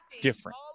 different